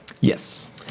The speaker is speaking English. Yes